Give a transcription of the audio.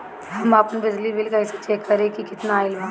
हम आपन बिजली बिल कइसे चेक करि की केतना आइल बा?